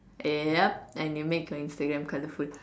yup and it makes your Instagram colourful